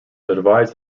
advised